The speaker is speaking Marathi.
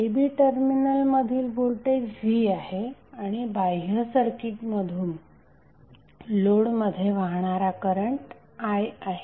a b टर्मिनलमधील व्होल्टेज V आहे आणि बाह्य सर्किटकडून लोडमध्ये वाहणारा करंट I आहे